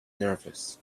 nervous